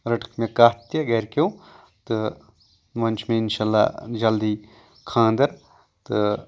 رٔٹکھ مےٚ کَتھ تہِ گَرِ کیٚو تہٕ وۄنۍ چھُ مےٚ انشاء اللہ جلدی خانٛدر تہٕ